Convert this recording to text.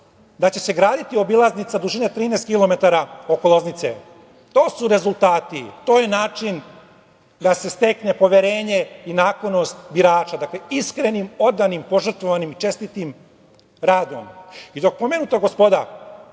da će se graditi obilaznica dužine 13 kilometara oko Loznice. To su rezultati, to je način da se stekne poverenje i naklonost birača. Dakle, iskrenim, odanim, požrtvovanim, čestitim radom. Dok pomenuta gospoda